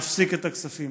כוונתן.